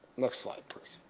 next slide please.